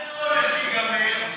מתי העונש ייגמר?